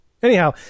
anyhow